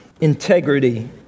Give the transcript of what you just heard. integrity